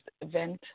event